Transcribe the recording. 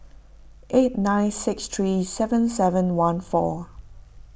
eight nine six three seven seven one four